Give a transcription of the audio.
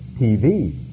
TV